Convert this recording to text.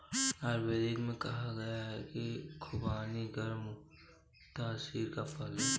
आयुर्वेद में कहा गया है कि खुबानी गर्म तासीर का फल है